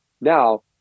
Now